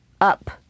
up